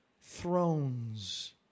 thrones